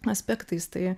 aspektais tai